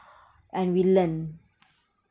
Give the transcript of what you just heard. and we learn